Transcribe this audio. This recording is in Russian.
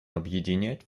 объединять